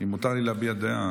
אם מותר לי להביע דעה.